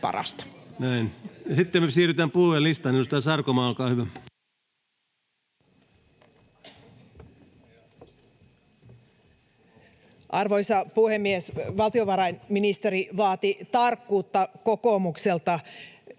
Time: 16:05 Content: Arvoisa puhemies! Valtiovarainministeri vaati tarkkuutta kokoomukselta.